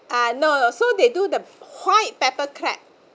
uh no no no so they do the white pepper crab